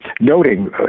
Noting